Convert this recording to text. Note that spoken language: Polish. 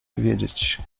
wiedzieć